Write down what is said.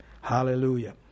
Hallelujah